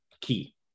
key